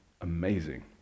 amazing